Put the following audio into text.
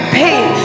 pain